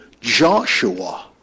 Joshua